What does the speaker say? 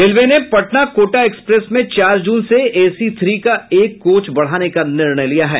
railway ने Patna Kota express में चार जून से एसी थ्री का एक कोच बढ़ाने का निर्णय लिया है